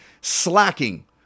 slacking